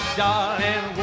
darling